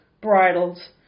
bridles